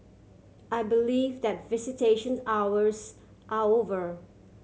I believe that visitation hours are over